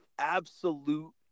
absolute